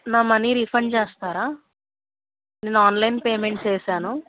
నా money refund చేస్తారా నేను ఆన్లైన్ పేమెంట్ చేశాను